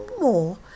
more